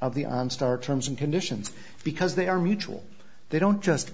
of the on stark terms and conditions because they are mutual they don't just